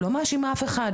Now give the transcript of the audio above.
אני לא מאשימה אף אחד,